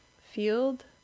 Field